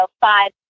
five